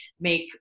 make